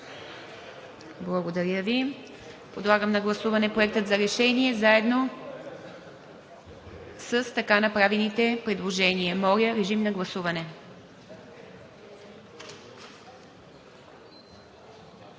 Благодаря Ви. Подлагам на гласуване Проекта за решение заедно с така направените предложения. Гласували